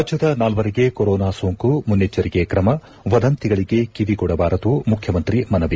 ರಾಜ್ಯದ ನಾಲ್ವರಿಗೆ ಕೊರೋನಾ ಸೋಂಕು ಮುನ್ನೆಚ್ವರಿಕೆ ಕ್ರಮ ವದಂತಿಗಳಿಗೆ ಕಿವಿಗೊಡಬಾರದು ಮುಖ್ಯಮಂತ್ರಿ ಮನವಿ